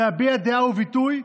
להביע דעה וביטוי,